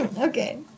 Okay